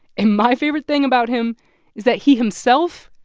and my favorite thing about him is that he, himself,